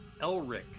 Elric